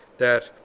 that,